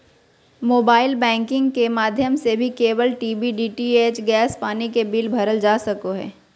mobile banking के माध्यम से भी केबल टी.वी, डी.टी.एच, गैस, पानी के बिल भरल जा सको हय